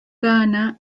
gana